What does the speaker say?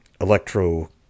electro